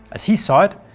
as he saw it,